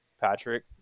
Patrick